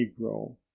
negro